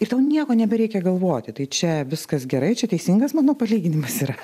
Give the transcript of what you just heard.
ir tau nieko nebereikia galvoti tai čia viskas gerai čia teisingas mano palyginimas yra